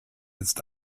ist